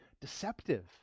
deceptive